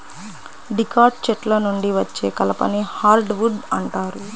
dicot చెట్ల నుండి వచ్చే కలపని హార్డ్ వుడ్ అంటారు